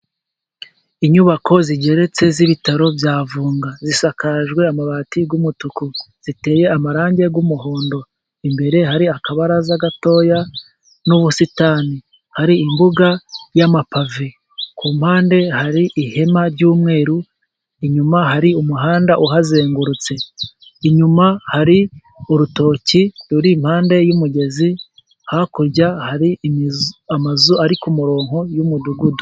Inyubako zigeretse z'ibitaro bya Vunga zisakajwe amabati y'umutuku, ziteye amarangi y'umuhondo, imbere hari akabaraza gatoya n'ubusitani hari imbuga y'amapave, ku mpande hari ihema ry'umweru, inyuma hari umuhanda uhazengurutse, inyuma hari urutoki ruri impande y'umugezi , hakurya hari amazu ari ku murongo y'umudugudu.